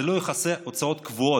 זה לא יכסה הוצאות קבועות,